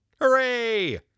Hooray